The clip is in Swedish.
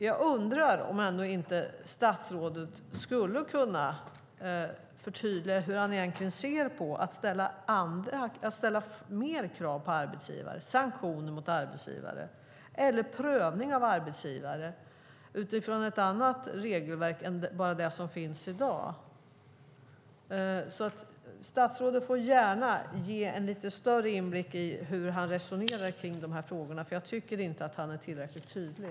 Jag undrar ändå om inte statsrådet skulle kunna förtydliga hur han egentligen ser på att ställa mer krav på arbetsgivare, sanktioner mot arbetsgivare eller prövning av arbetsgivare utifrån ett annat regelverk än vad som finns i dag. Statsrådet får alltså gärna ge en lite större inblick i hur han resonerar kring de här frågorna, för jag tycker inte att han är tillräckligt tydlig.